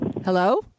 Hello